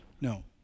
No